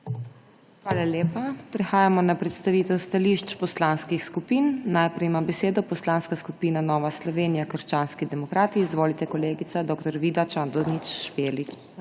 Hvala lepa. Prehajamo na predstavitev stališč poslanskih skupin. Najprej ima besedo Poslanska skupina Nova Slovenija – krščanski demokrati. Izvolite, kolegica dr. Vida Čadonič Špelič.